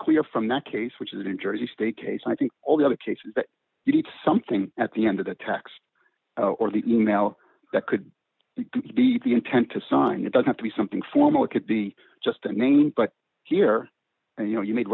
clear from that case which is in jersey state case i think all the other cases that you keep something at the end of the text or the e mail that could be the intent to sign it does have to be something formal it could be just a name but here you know you made